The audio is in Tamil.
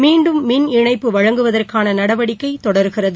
மீண்டும் மின் இணைப்பு வழங்குவதற்கான நடவடிக்கை தொடருகிறது